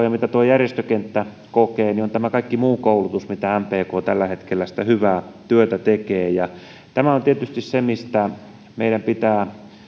ja mitä järjestökenttä kokee on tämä kaikki muu koulutus mitä mpk tällä hetkellä tekee sitä hyvää työtä tämä on tietysti se mistä meidän pitää